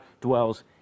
dwells